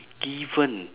given